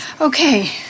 okay